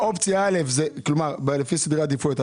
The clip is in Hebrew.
לפי סדרי העדיפויות,